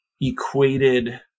equated